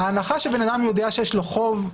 שיש לו חוב,